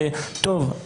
שטוב,